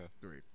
Three